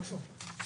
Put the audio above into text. הם לא פה.